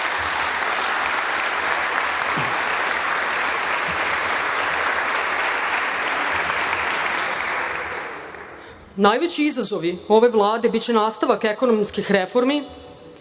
izazovi ove Vlade biće nastavak ekonomski reformi